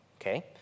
Okay